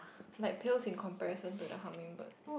like pales in comparison to the hummingbird